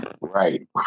Right